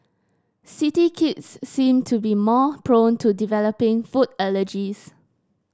city kids seem to be more prone to developing food allergies